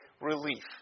relief